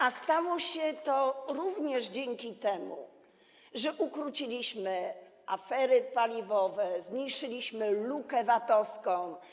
A stało się to również dzięki temu, że ukróciliśmy afery paliwowe, zmniejszyliśmy lukę VAT-owską.